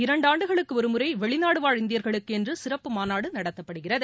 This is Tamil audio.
இரண்டு ஆண்டுகளுக்கு ஒருமுறை வெளிநாடுவாழ் இந்தியர்களுக்கு என்று சிறப்பு மாநாடு நடத்தப்படுகிறது